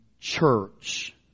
church